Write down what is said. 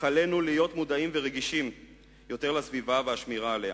אך עלינו להיות מודעים ורגישים יותר לסביבה ולשמירה עליה,